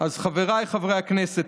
אז חבריי חברי הכנסת,